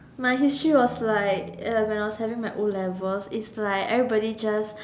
my history was like uh when I was having my O-levels it's like everybody just